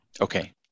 Okay